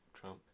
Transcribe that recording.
Trump